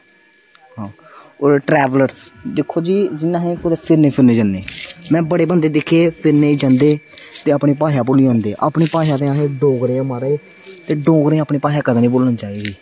होर ट्रैवल्स दिक्खो जी जियां अस कुदै फिरने गी जन्नै जियां बड़े बंदे दिक्खे फिरने गी जंदे ते अपनी भाशा भुल्ली जंदे अपनी भाशा ते बैसे डोगरे आं म्हाराज ते डोगरें अपनी भाशा कदें निं भुल्लनी चाहिदी